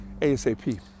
ASAP